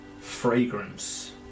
fragrance